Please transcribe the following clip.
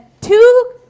two